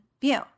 view